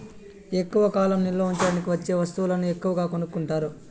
ఎక్కువ కాలం నిల్వ ఉంచడానికి వచ్చే వస్తువులను ఎక్కువగా కొనుక్కుంటారు